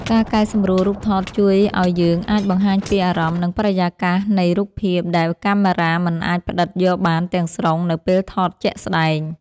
ការកែសម្រួលរូបថតជួយឱ្យយើងអាចបង្ហាញពីអារម្មណ៍ និងបរិយាកាសនៃរូបភាពដែលកាមេរ៉ាមិនអាចផ្ដិតយកបានទាំងស្រុងនៅពេលថតជាក់ស្តែង។